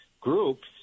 groups